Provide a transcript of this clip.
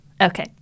Okay